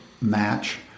match